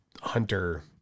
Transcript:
Hunter